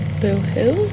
boohoo